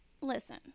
listen